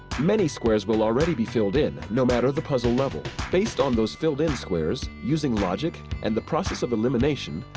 many squares will already be filled in, no matter the puzzle level. based on those filled in squares, using logic and the process of elimination,